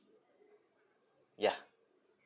yeah